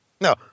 No